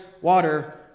water